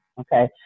okay